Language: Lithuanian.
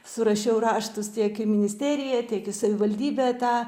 surašiau raštus tiek į ministeriją tiek į savivaldybę tą